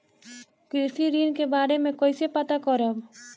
कृषि ऋण के बारे मे कइसे पता करब?